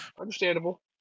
Understandable